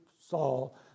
Saul